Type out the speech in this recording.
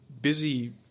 busy